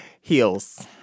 Heels